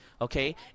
Okay